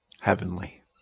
Heavenly